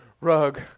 rug